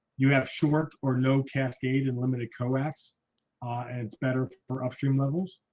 you have short or no cascade and limited coax ah and it's better for upstream levels.